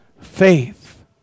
faith